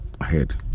ahead